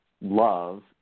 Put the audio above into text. love